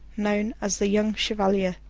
known as the young chevalier.